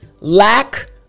lack